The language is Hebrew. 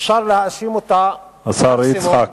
אפשר להאשים אותה מקסימום